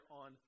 on